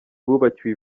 bubakiwe